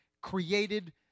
created